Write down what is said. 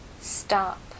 stop